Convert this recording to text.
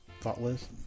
Thoughtless